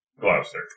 Gloucester